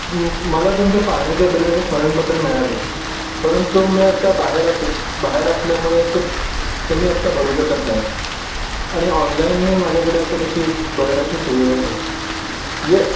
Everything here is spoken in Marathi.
मला तुमच्या पाण्याच्या बिलाचे स्मरणपत्र मिळाले परंतु मी आत्ता बाहेर अस बाहेर असल्यामुळे ते ते मी आत्ता भरू शकत नाही आणि ऑनलाईनही माझ्याकडे आत्ता तशी भरण्याची सुविधा नाही जे